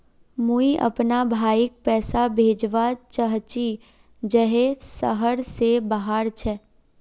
मुई अपना भाईक पैसा भेजवा चहची जहें शहर से बहार छे